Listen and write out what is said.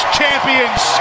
champions